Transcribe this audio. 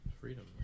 freedom